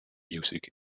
music